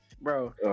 Bro